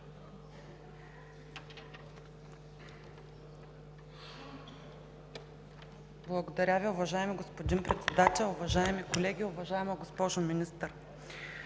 Благодаря Ви, уважаеми господин Председател. Уважаеми колеги, уважаема госпожо Министър!